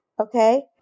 okay